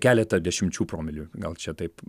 keletą dešimčių promilių gal čia taip